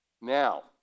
Now